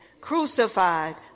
crucified